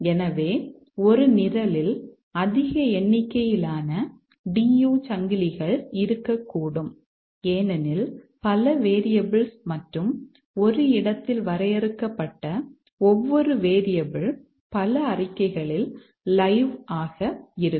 எனவே ஒரு நிரலில் அதிக எண்ணிக்கையிலான DU சங்கிலிகள் இருக்கக்கூடும் ஏனெனில் பல வேரியபிள்ஸ் மற்றும் ஒரு இடத்தில் வரையறுக்கப்பட்ட ஒவ்வொரு வேரியபிள் பல அறிக்கைகளில் லைவ் ஆக இருக்கும்